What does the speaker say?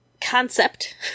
concept